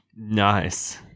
Nice